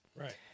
Right